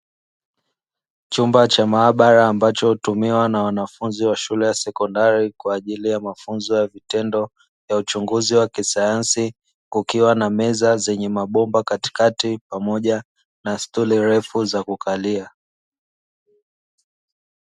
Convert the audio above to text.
Chumba cha maabara ambacho hutumiwa na wanafunzi wa shule ya sekondari kwa ajili ya mafunzo ya vitendo ya uchungizi wa kisayansi, kukiwa na meza zenye mabomba katikati pamoja na stuli refu za kukalia.